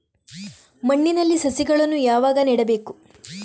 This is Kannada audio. ಮಣ್ಣಿನಲ್ಲಿ ಸಸಿಗಳನ್ನು ಯಾವಾಗ ನೆಡಬೇಕು?